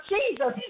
Jesus